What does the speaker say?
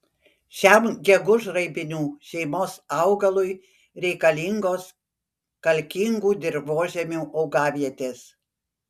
šiam gegužraibinių šeimos augalui reikalingos kalkingų dirvožemių augavietės